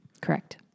Correct